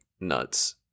nuts